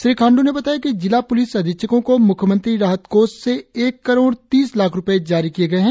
श्री खाण्ड्र ने बताया कि जिला प्लिस अधीक्षकों को म्ख्यमंत्री राहत कोष से एक करोड़ तीस लाख़ रुपये जारी किए गए है